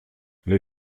les